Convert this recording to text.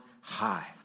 high